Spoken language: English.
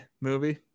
movie